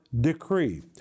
decree